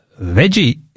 veggie